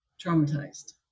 traumatized